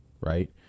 right